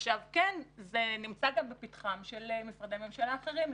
כן, זה נמצא גם לפתחם של משרדי ממשלה אחרים.